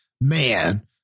man